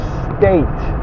state